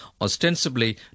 ostensibly